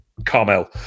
Carmel